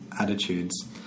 attitudes